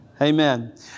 Amen